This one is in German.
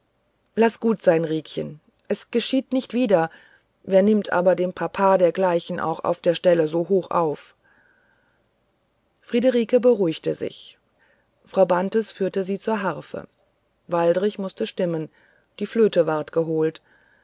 laß gut sein riekchen es geschieht nicht wieder wer nimmt aber dem papa dergleichen auch auf der stelle so hoch auf friederike beruhigte sich frau bantes führte sie zur harfe waldrich mußte stimmen die flöte ward geholt